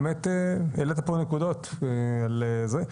באמת העלית פה נקודות על זה.